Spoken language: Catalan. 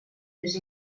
més